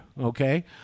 Okay